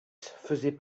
faisait